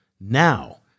now